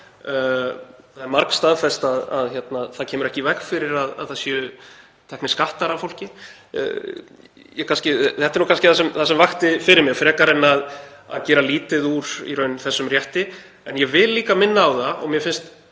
Það er margstaðfest að það kemur ekki í veg fyrir að teknir séu skattar af fólki. Þetta er það sem vakti fyrir mér frekar en að gera lítið úr þessum rétti. Ég vil líka minna á það, og mér finnst